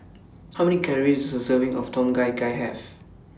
How Many Calories Does A Serving of Tom Kha Gai Have